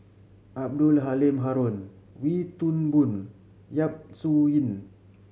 Abdul Halim Haron Wee Toon Boon Yap Su Yin